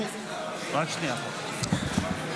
רבותיי,